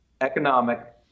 economic